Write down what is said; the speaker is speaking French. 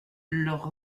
leurs